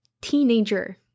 teenager